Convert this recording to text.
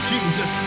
Jesus